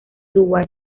uruguay